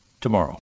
tomorrow